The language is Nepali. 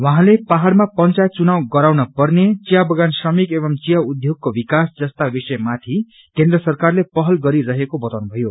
उहाँले पहाड़मा पंचायत चुनाव गराउन पर्ने चियाबगान श्रमिक एंव चिया उध्योगको विकास जस्ता विषयमाथि केन्द्र सरकारले पहलगरि रहेको बताउनु भयो